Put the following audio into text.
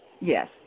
Yes